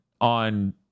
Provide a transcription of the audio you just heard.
on